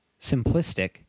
Simplistic